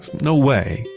no way.